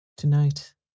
Tonight